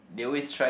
they always try